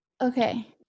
Okay